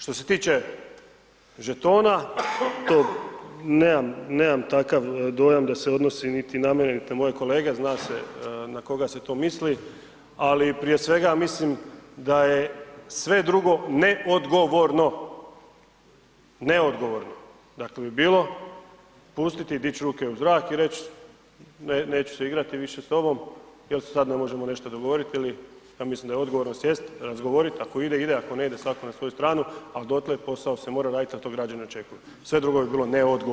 Što se tiče žetona, to nemam, nemam takav dojam da se odnosi niti na mene, niti na moje kolege, zna se na koga se to misli, ali prije svega mislim da je sve drugo neodgovorno, neodgovorno, dakle bi bilo pustiti i dić ruke u zrak i reć neću se igrati više s tobom jel se sad ne možemo nešto dogovoriti ili ja mislim da je odgovorno sjest, razgovorit, ako ide ide, ako ne ide, svatko na svoju stranu, al dotle posao se mora radit jel to građani očekuju, sve drugo bi bilo neodgovorno.